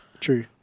True